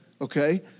Okay